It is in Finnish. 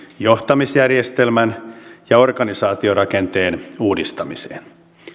johtamisjärjestelmän ja organisaatiorakenteen uudistamiseen